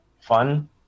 fun